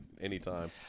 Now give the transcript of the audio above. Anytime